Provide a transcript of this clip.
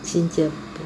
新加坡